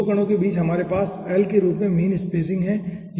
तो 2 कणों के बीच हमारे पास L के रूप में मीन स्पेसिंग है ठीक है